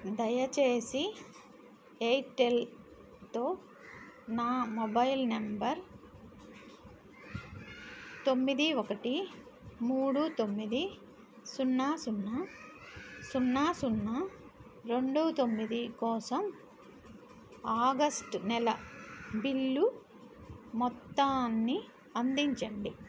దయచేసి ఎయిర్టేల్తో నా మొబైల్ నెంబర్ తొమ్మిది ఒకటి మూడు తొమ్మిది సున్నా సున్నా సున్నా సున్నా రెండు తొమ్మిది కోసం ఆగస్టు నెల బిల్లు మొత్తాన్ని అందించండి